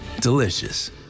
delicious